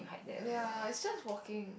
they are just walking